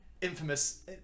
infamous